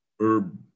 herb